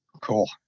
Cool